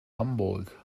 hamburg